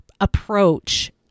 approach